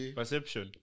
Perception